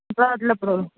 आसल्या पुरो